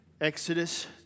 Exodus